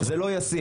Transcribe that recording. זה לא ישים.